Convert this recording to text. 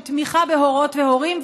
של תמיכה בהורות והורים,